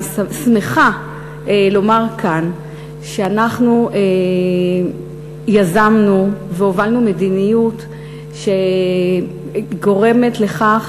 אני שמחה לומר כאן שאנחנו יזמנו והובלנו מדיניות שגורמת לכך